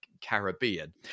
Caribbean